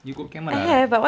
you got camera right